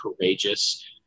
courageous